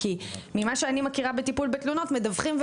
כי ממה שאני מכירה בטיפול בתלונות מדווחים,